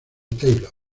taylor